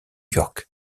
york